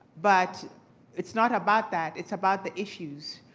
but it's not about that, it's about the issues.